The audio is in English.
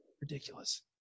ridiculous